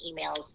emails